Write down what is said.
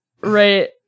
right